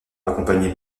accompagnée